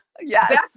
yes